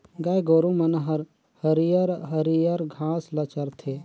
गाय गोरु मन हर हरियर हरियर घास ल चरथे